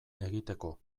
egiteko